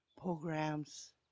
programs